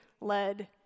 led